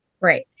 Right